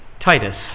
Titus